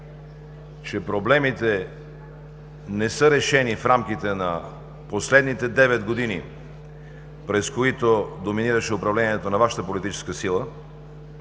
че проблемите не са решени в рамките на последните девет години, през които доминираше управлението на Вашата политическа сила,